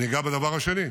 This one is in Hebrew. אני אגע בדבר השני,